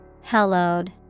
Hallowed